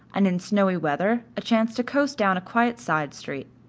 and in snowy weather a chance to coast down a quiet side street.